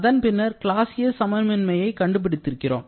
அதன் பின்னர் கிளாசியஸ் சமமின்மையை கண்டுபிடித்திருக்கிறோம்